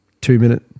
two-minute